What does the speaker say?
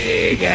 Big